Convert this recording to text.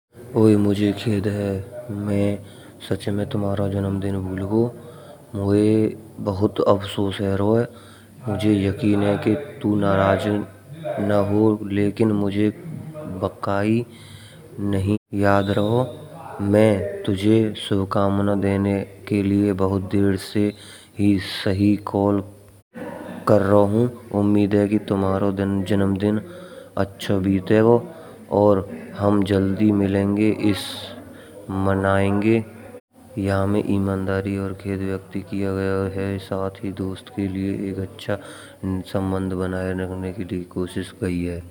ओए मुझे खेद है मैं सच में तुम्हारा जन्मदिन भूल गयो, मुझे बहुत अफसोस ह रोहो ह। मुझे यकीन है कि तू नाराज ना हो, लेकिन मुझे बाकाई नहीं याद रहो। मैं तुझे शुभकामना देने के लिए बहुत देर से ही सही कॉल कर रहा हूँ, उम्मीद है कि तुम्हारा जन्म दिन अच्छा बीतेगो और हम जल्दी मिलेंगे इस मनाएंगे। या मैं इमानदारी और खेद व्यक्त किया गया है, साथ ही दोस्त के लिए एक अच्छा संबंध बनाए रखने की लिए कोशिश करी है।